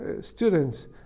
students